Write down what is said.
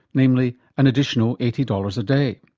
namely an additional eighty dollars a day.